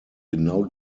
genau